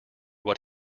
what